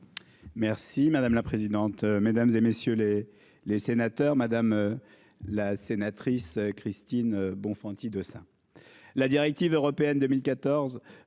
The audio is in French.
Merci madame la présidente, mesdames et messieurs les les sénateurs, madame. La sénatrice Christine Bonfanti Dossat.